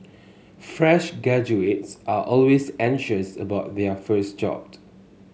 fresh are always anxious about their first job